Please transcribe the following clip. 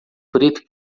preto